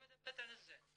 אני מדברת על זה.